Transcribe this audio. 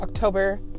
October